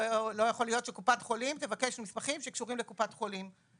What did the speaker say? לא יכול להיות שקופת חולים תבקש מסמכים שקשורים לקופת החולים.